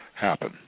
happen